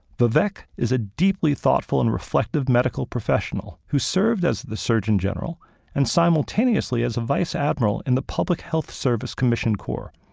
vivek is a deeply thoughtful and reflective medical professional who served as the surgeon general and simultaneously as a vice admiral in the public health service commissioned corps.